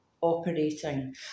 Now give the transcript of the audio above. operating